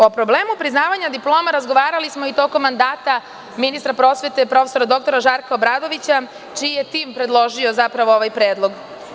O problemu priznavanja diploma razgovarali smo i tokom mandata ministra prosvete prof. dr Žarka Obradovića, čiji je tim predložio zapravo ovaj predlog.